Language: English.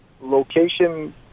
Location